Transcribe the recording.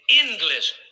endless